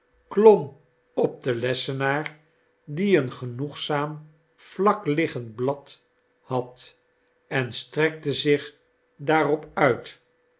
klom op den lessenaar die een genoegzaam vlakliggend blad had en strekte zich daarop uit